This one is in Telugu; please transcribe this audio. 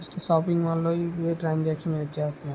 నెక్స్ట్ షాపింగ్ మాల్ లో యూపీఐ ట్రాన్సక్షన్ యూజ్ చేస్తాం